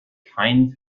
kein